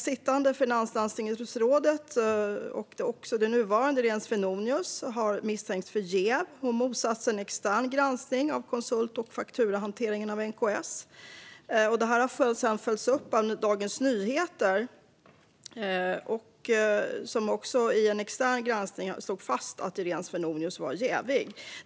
Sittande finanslandstingsråd Iréne Svenonius har misstänkts för jäv. Hon motsatte sig en extern granskning av konsult och fakturahanteringen på NKS. Detta har sedan följts upp av Dagens Nyheter, som i en extern granskning slog fast att Iréne Svenonius var jävig.